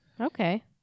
Okay